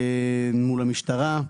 מול המשטרה.